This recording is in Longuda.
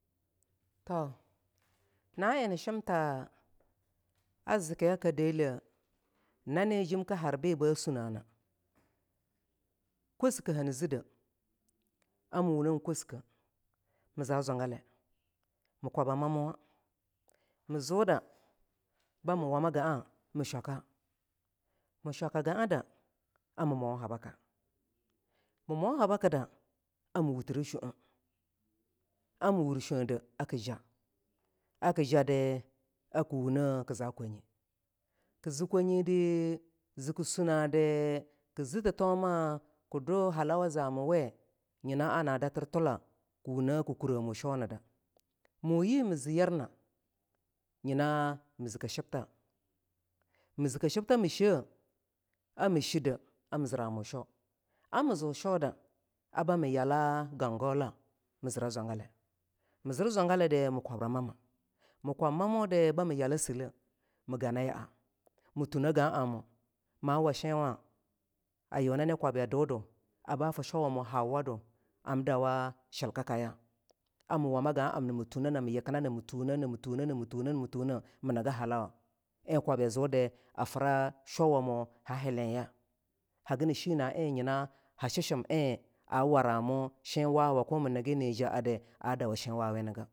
To, na eing nishimtah a zikiya ka deleh nani jem kii har beaba sunnanaa kossiki hani zide ami wunnen kossike mii za zwangale mii kwaba mamwa mii zudda bami wama gaa mishwaka mishwaka gaada a mimowa haba ka, mi mo habakida amedee wutire shoeah amii wur shoeade akii jah akii jaadi kii wungne ki zo kwanye kii zikwanyidi ziki sunnadi kizi thitoma ki dwu halawa zami we nyina ana datir tula ki wungne ki kuremu shwoni da. Muh yea mii zeyirna nyina mii zike shibtha, mizikke shibtha mii sheah amii sheade ami ziramu sheaw, amii zirmu sheaw da a bami yala gaung-gaunla mii zira zwangale, mizir zwangali da mii kwabra mamma, mii kwab mamma dii ar bami yela silleh mii ganna ya mii tunneh gaamoh ma washenwa a Yunani kwabyo dudi aba fi shwawamu hauwa du ham dawo shilka kaya amii wamma gaah amma ama tunne na ma yikina nama thuhne, nama thuhne. mii niggah halawa eing kwabya zudi a fira shwa wamo har healiya hagina hina eing ha shinsham eing a waramu shenwawa ko mii niggi naa jaedi a dawa shenwawe nigah.